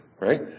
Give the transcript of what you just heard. Right